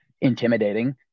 intimidating